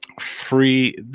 free